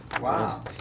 Wow